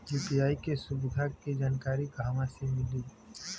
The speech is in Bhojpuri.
यू.पी.आई के सुविधा के जानकारी कहवा से मिली?